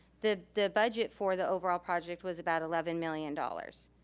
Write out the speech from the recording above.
the the budget for the overall project was about eleven million dollars.